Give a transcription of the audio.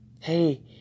Hey